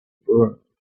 broom